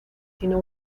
sino